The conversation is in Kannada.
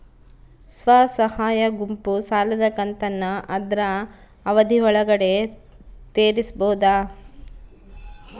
ಸ್ವಸಹಾಯ ಗುಂಪು ಸಾಲದ ಕಂತನ್ನ ಆದ್ರ ಅವಧಿ ಒಳ್ಗಡೆ ತೇರಿಸಬೋದ?